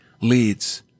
leads